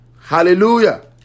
Hallelujah